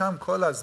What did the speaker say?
שמואשם כל הזמן